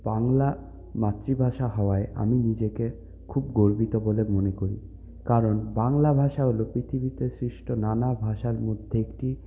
বাংলা মাতৃভাষা হওয়ায় আমি নিজেকে খুব গর্বিত বলে মনে করি কারণ বাংলা ভাষা হলো পৃথিবীতে সৃষ্ট নানা ভাষার মধ্যে একটি